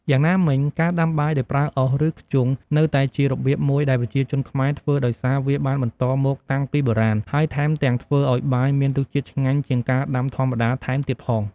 យ៉ាងណាមិញ ការដាំបាយដោយប្រើអុស ឬ ធ្យូងនៅតែជារបៀបមួយដែលប្រជាជនខ្មែរធ្វើដោយសារ វាបានបន្តមកតាំងពីបុរាណ ហើយថែមទាំងធ្វើឱ្យបាយមានរសជាតិឆ្ងាញ់ជាងការដាំធម្មតាថែមទៀតផង។